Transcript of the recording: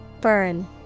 Burn